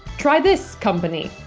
try this company,